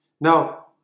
Now